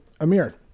Amir